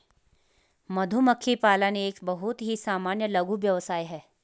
मधुमक्खी पालन एक बहुत ही सामान्य लघु व्यवसाय है